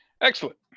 Excellent